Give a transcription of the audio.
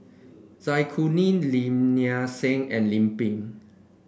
Zai Kuning Lim Nang Seng and Lim Pin